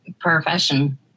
profession